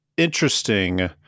Interesting